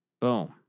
Boom